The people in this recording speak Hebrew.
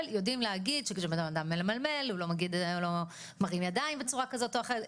יודעים להגיד שבנאדם ממלמל לא מרים ידיים בצורה כזאת או אחרת,